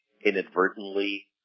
inadvertently